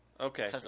Okay